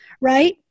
right